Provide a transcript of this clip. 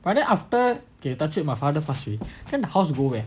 but then after okay touch wood my father pass already then the house go where